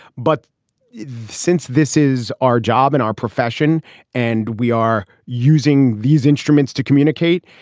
but since this is our job and our profession and we are using these instruments to communicate,